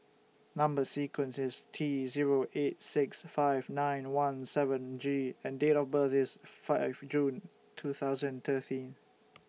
Number sequence IS T Zero eight six five nine one seven G and Date of birth IS five June two thousand and thirteen